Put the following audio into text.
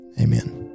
Amen